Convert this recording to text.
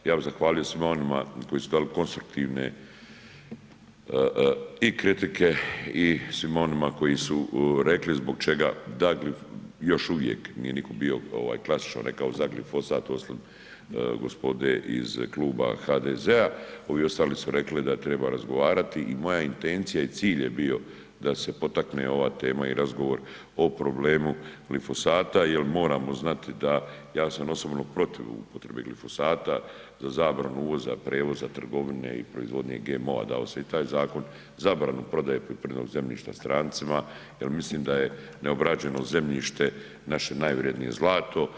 Ja bi zahvalio svima onima koji su dali konstruktivne i kritike i svima onima koji su rekli zbog čega da, još uvijek nije niko bio ovaj klasično rekao za glifosfat osim gospode iz Kluba HDZ-a, ovi ostali su rekli da treba razgovarati i moja intencija i cilj je bio da se potakne ova tema i razgovor o problemu glifosata jel moramo znati da, ja sam osobno protiv upotrebe glifosata, za zabranu uvoza, prevoza, trgovine i proizvodnje GMO-a, dao sam i taj zakon, zabranu prodaje poljoprivrednog zemljišta strancima jel mislim da je neobrađeno zemljište naše najvrijednije zlato.